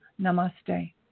Namaste